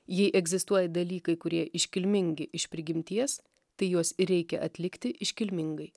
jei egzistuoja dalykai kurie iškilmingi iš prigimties tai juos ir reikia atlikti iškilmingai